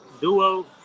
duo